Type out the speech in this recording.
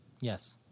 yes